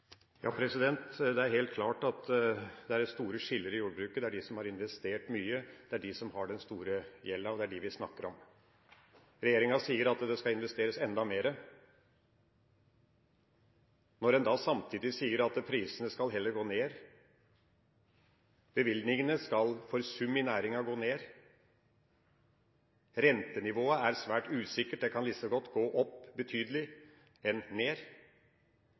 Det er helt klart at det er store skiller i jordbruket. Det er de som har investert mye, som har den store gjelda. Og det er dem vi snakker om. Regjeringa sier at det skal investeres enda mer. Når en samtidig sier at prisene heller skal gå ned, bevilgningene skal i sum for næringa gå ned, og rentenivået er svært usikkert – det kan like godt gå opp betydelig enn ned